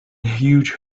huge